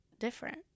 Different